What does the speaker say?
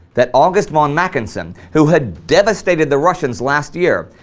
that august von mackensen, who had devastated the russians last year,